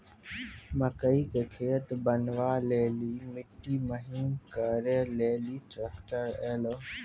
मकई के खेत बनवा ले ली मिट्टी महीन करे ले ली ट्रैक्टर ऐलो?